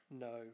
no